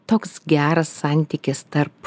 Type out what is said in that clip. toks geras santykis tarp